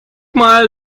mal